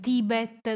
Tibet